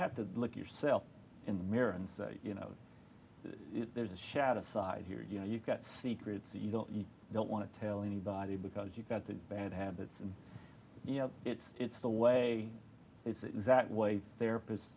have to look yourself in the mirror and say you know there's a shadow side here you know you've got secrets that you don't you don't want to tell anybody because you've got the bad habits and you know it's it's the way it's that way therapist